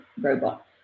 robot